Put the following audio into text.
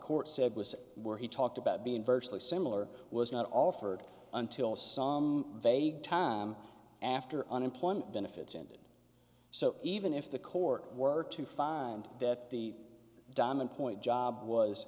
court said was were he talked about being virtually similar was not offered until some vague time after unemployment benefits ended so even if the court were to find that the diamond point job